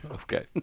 okay